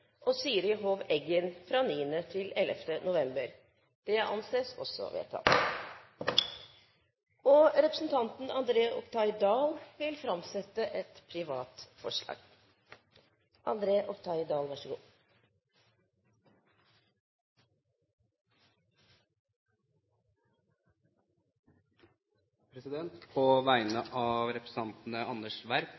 desember Siri Hov Eggen 9.–11. november. – Det anses vedtatt. Representanten André Oktay Dahl vil framsette et representantforslag. På vegne